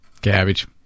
Cabbage